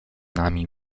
nami